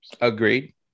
Agreed